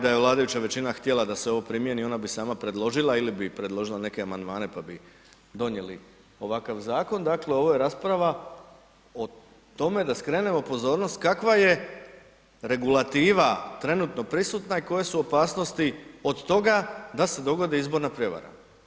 Da je vladajuća većina htjela da se ovo primjeni, ona bi sama predložila ili bi predložila neke amandmane pa bi donijeli ovakav zakon, dakle ovo je rasprava o tome da skrenemo pozornost kakva je regulativa trenutno prisutna i koje su opasnosti od toga se dogodi izborna prevara.